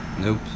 Nope